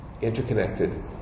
interconnected